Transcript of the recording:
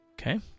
Okay